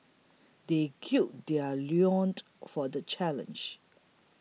they gird their loins for the challenge